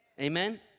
amen